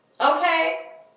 Okay